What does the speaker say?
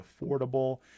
affordable